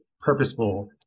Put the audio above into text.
purposeful